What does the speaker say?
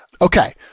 Okay